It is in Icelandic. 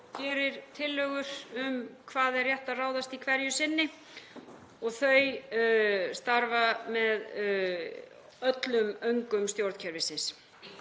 gerir tillögur um hvað er rétt að ráðast í hverju sinni. Þau starfa með öllum öngum stjórnkerfisins.